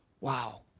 Wow